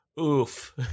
Oof